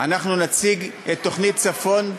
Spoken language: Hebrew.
אנחנו נציג את תוכנית הצפון,